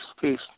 peace